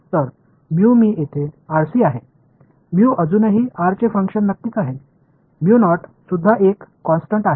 तर मी येथे आळशी आहे अजूनही आर चे फंक्शन नक्कीच आहे सुद्धा एक कॉन्स्टन्ट आहे